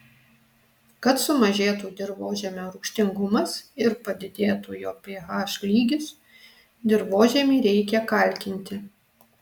kad sumažėtų dirvožemio rūgštingumas ir padidėtų jo ph lygis dirvožemį reikia kalkinti